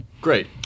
Great